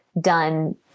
done